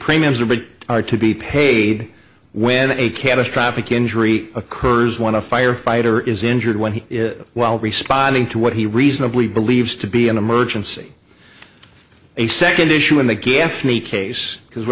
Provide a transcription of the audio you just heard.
premiums are but are to be paid when a catastrophic injury occurs when a firefighter is injured when he is well responding to what he reasonably believes to be an emergency a second issue in the gaffney case because w